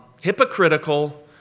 hypocritical